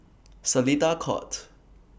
Seletar Court